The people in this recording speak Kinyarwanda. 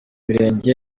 mirenge